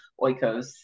oikos